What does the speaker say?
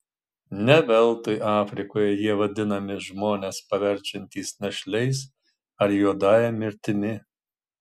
ne veltui afrikoje jie vadinami žmones paverčiantys našliais ar juodąja mirtimi